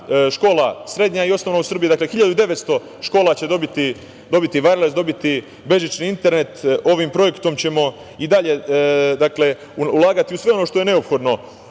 škola, srednja i osnovna u Srbiji, dakle 190 škola će dobiti vajrles, dobiti bežični internet. Ovim projektom ćemo i dalje ulagati u sve ono što je neophodno